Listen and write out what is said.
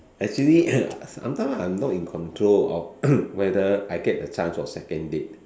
actually I find I'm not in control of whether I get a chance for second date